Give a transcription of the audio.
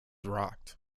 rocked